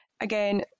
Again